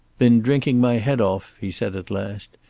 been drinking my head off, he said at last.